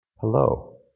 Hello